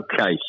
Okay